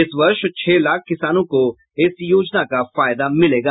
इस वर्ष छह लाख किसानों को इस योजना का फायदा मिलेगा